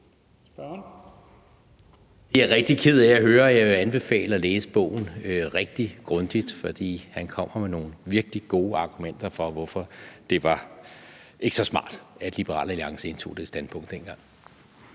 er jeg rigtig ked af at høre, og jeg vil anbefale at læse bogen rigtig grundigt, for han kommer med nogle virkelig gode argumenter for, hvorfor det ikke var så smart, at Liberal Alliance indtog det standpunkt dengang.